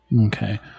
okay